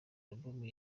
album